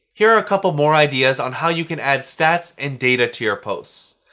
here are a couple more ideas on how you can add stats and data to your posts.